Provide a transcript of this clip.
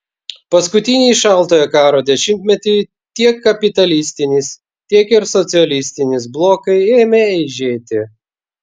paskutinįjį šaltojo karo dešimtmetį tiek kapitalistinis tiek ir socialistinis blokai ėmė eižėti